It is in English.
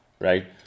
right